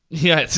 yeah,